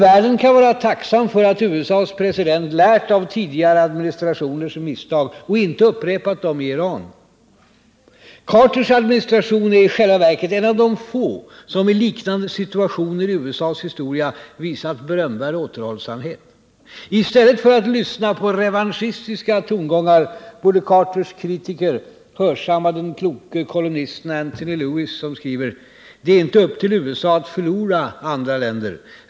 Världen kan vara tacksam för att USA:s president lärt av tidigare administrationers misstag och inte upprepat dem i Iran. Jimmy Carters administration är i själva verket en av de få som i liknande situationer i USA:s historia visat berömvärd återhållsamhet. I stället för att lyssna på revanschistiska tongångar borde president Carters kritiker hörsamma den kloke kolumnisten Anthony Lewis som skriver: ”Det är inte upp till USA att ”förlora” andra länder.